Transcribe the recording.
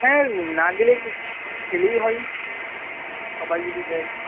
হ্যাঁ না গেলে গেলেই হয় সবাই যদি যাই